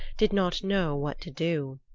did not know what to do.